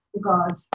God